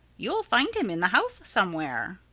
you'll find him in the house somewhere.